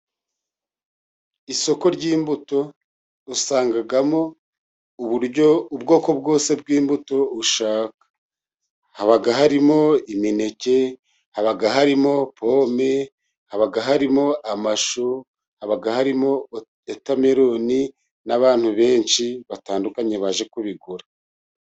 Isoko ry'imbuto usangamo ubwoko bwose bw'imbuto ushaka. Haba harimo imineke, haba harimo pome, haba harimo amashu, haba harimo wotameloni n'abantu benshi batandukanye baje kubigura.